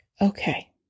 Okay